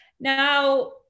Now